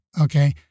Okay